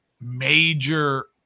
major